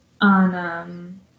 on